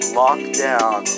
lockdown